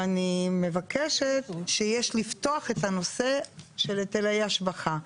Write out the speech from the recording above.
ואני מבקשת שיש לפתוח את הנושא של היטלי ההשבחה.